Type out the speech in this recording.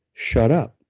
shut up,